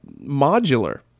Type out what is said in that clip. modular